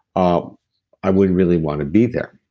ah i wouldn't really want to be there